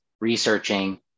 researching